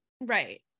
Right